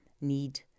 need